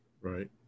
Right